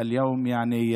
האפשרית.